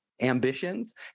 ambitions